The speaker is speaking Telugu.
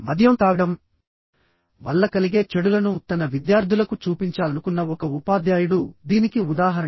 మద్యం తాగడం వల్ల కలిగే చెడులను తన విద్యార్థులకు చూపించాలనుకున్న ఒక ఉపాధ్యాయుడు దీనికి ఉదాహరణ